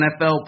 NFL